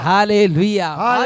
Hallelujah